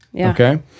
okay